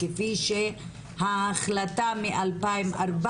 כפי שההחלטה מ-2014,